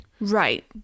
Right